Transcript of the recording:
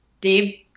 Dave